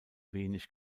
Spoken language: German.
wenig